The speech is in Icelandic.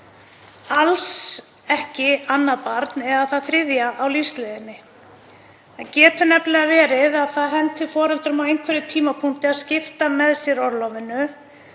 alls ekki annað barn eða það þriðja á lífsleiðinni. Það getur nefnilega verið að það henti foreldrum á einhverjum tímapunkti að skipta með sér orlofinu